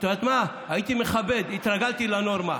את יודעת מה, הייתי מכבד, התרגלתי לנורמה: